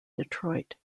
detroit